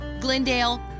Glendale